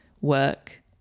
work